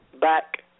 back